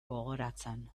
gogoratzen